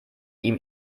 ihm